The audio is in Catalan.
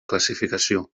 classificació